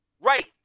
Right